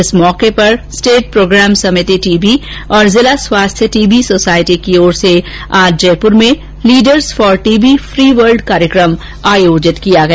इस मौके पर स्टेट प्रोग्राम समिति टी बी और जिला स्वास्थ्य सोसाइटी टी बी की ओर से आज जयपुर में leaders for T B free world कार्यक्रम आयोजित किया गया